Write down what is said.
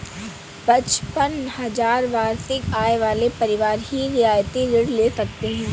पचपन हजार वार्षिक आय वाले परिवार ही रियायती ऋण ले सकते हैं